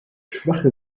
schwache